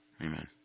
Amen